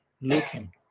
looking